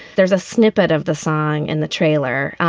there's a snippet of the song in the trailer.